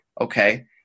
okay